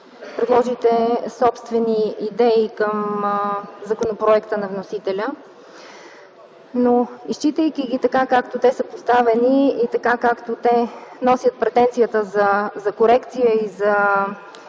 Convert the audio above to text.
предложите собствени идеи към законопроекта на вносителя. Но, изчитайки ги така, както те са поставени и така както те носят претенцията за корекция и за